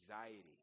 anxiety